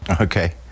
Okay